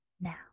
now